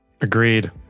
Agreed